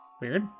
Weird